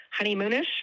honeymoonish